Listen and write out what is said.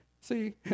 See